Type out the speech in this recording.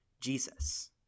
Jesus